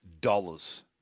dollars